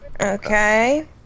Okay